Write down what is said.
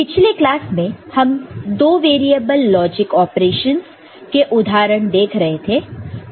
तो पिछले क्लासेस में हम दो वेरिएबल लॉजिक ऑपरेशंस के उदाहरण देख रहे थे